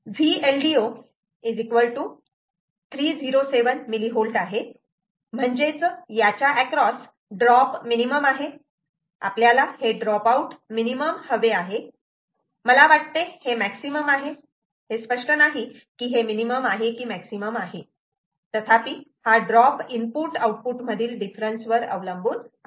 VLDO 307 mV आहे म्हणजेच याच्या एक्रॉस ड्रॉप मिनिमम आहे आपल्याला हे ड्रॉप आऊट मिनिमम हवे आहे मला वाटते हे मॅक्सिमम आहे हे स्पष्ट नाही की हे मिनिमम आहे की मॅक्सीमम आहे तथापि हा ड्रॉप इनपुट आउटपुट मधील डिफरन्स वर अवलंबून आहे